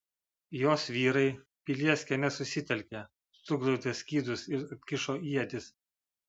jos vyrai pilies kieme susitelkė suglaudė skydus ir atkišo ietis